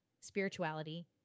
Spirituality